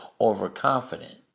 overconfident